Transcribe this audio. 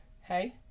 Hey